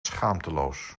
schaamteloos